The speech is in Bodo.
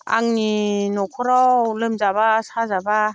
आंनि न'खराव लोमजाब्ला साजाब्ला